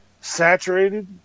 saturated